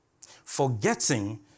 Forgetting